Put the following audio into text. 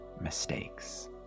mistakes